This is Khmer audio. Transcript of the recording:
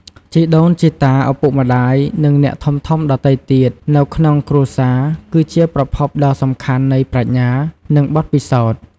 ជីដូនជីតា ឪពុកម្ដាយ និងអ្នកធំៗដទៃទៀតនៅក្នុងគ្រួសារ គឺជាប្រភពដ៏សំខាន់នៃ ប្រាជ្ញា និងបទពិសោធន៍។